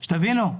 תבינו,